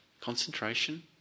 Concentration